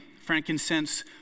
Frankincense